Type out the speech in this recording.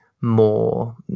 more